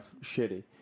shitty